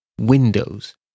windows